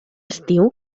estiu